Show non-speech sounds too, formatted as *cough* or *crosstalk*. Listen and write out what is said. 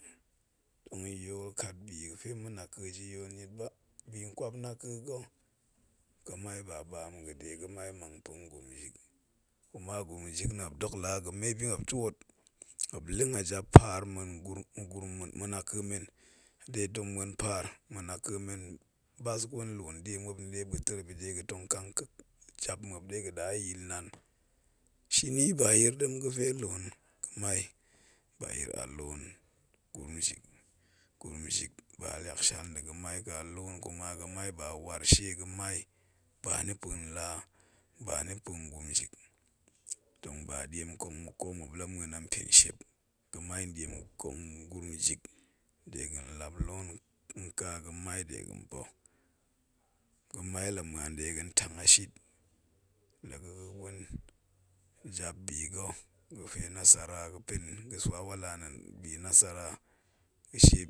Tong yol kat bi ga̱fe ma̱ naka men gaji yol niet ba, binkwap naka̱ ga̱ ga̱mai ba baam nga̱ dip, ga̱mai mang tong gwuijik, kuma gurum ma̱ jile na̱, mwop dok leng a jap paar men, nda̱ ma̱ naka̱ men, den tong muen paar ma̱ naka̱ men de muop tong kang kek jap muop de muop yili nan. Shini ba yirdem ga̱fe loon ga̱mai ba yir a loon gurum ma̱jik gurum ma̱gik ba liakshal nda̱ ga̱mai ka loon kuma ga̱mai ba warshe ga̱mai ba ni pa̱n la gurumjik, tong ba diem nkang ko muop, tong muen a npen shep ga̱mai diem nkong gurum jik de ga̱n lap loon nka gemai dei pa̱, ga̱mai la̱ muan aden tang dip la ga̱ ga̱ gwen jap biga̱ pe nasara ga̱ pa̱ ga̱ swa walla nda̱a̱n bi nasara. *unintelligible*